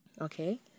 Okay